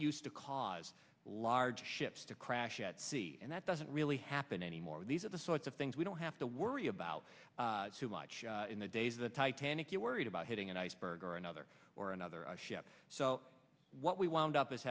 used to cause large ships to crash at sea and that doesn't really happen anymore these are the sorts of things we don't have to worry about too much in the days of the titanic you're worried about hitting an iceberg or another or another ship so what we wound up